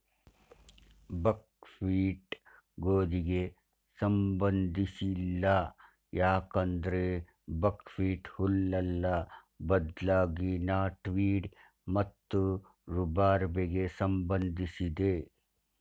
ಬಕ್ wheat ಗೋಧಿಗೆ ಸಂಬಂಧಿಸಿಲ್ಲ ಯಾಕಂದ್ರೆ ಬಕ್ಹ್ವೀಟ್ ಹುಲ್ಲಲ್ಲ ಬದ್ಲಾಗಿ ನಾಟ್ವೀಡ್ ಮತ್ತು ರೂಬಾರ್ಬೆಗೆ ಸಂಬಂಧಿಸಿದೆ